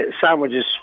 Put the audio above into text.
sandwiches